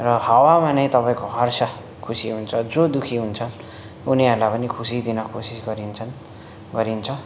र हवामा नै तपाईँको हर्ष खुसी हुन्छ जो दुखी हुन्छ उनीहरूलाई पनि खुसी दिनु कोसिस गरिन्छन् गरिन्छ